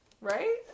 right